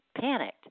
panicked